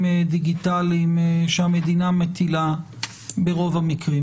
דיגיטליים שהמדינה מטילה ברוב המקרים.